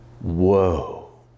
whoa